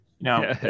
now